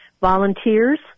volunteers